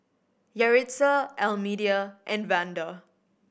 Yaritza Almedia and Vander